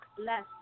Less